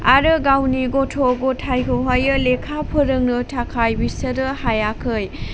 आरो गावनि गथ' गथायखौहाय लेखा फोरोंनो थाखाय बिसोर हायाखै